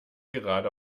gerade